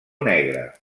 negre